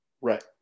Right